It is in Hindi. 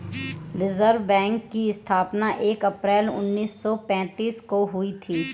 रिज़र्व बैक की स्थापना एक अप्रैल उन्नीस सौ पेंतीस को हुई थी